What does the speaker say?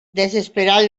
desesperat